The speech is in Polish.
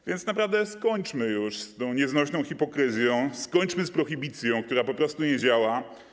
A więc naprawdę skończmy już z tą nieznośną hipokryzją, skończmy z prohibicją, która po prostu nie działa.